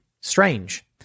Strange